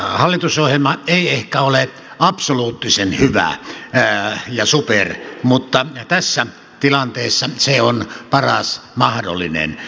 hallitusohjelma ei ehkä ole absoluuttisen hyvä ja super mutta tässä tilanteessa se on paras mahdollinen